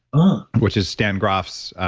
um which is stan grof's,